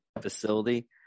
facility